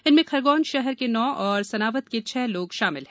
इनमें खरगौन शहर के नौ और सनावद के छह लोग शामिल हैं